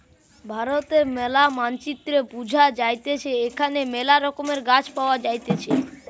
ভারতের ম্যালা মানচিত্রে বুঝা যাইতেছে এখানে মেলা রকমের গাছ পাওয়া যাইতেছে